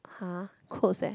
!huh! clothes eh